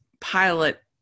pilot